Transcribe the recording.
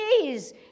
please